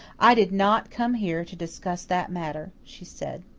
i did not come here to discuss that matter, she said.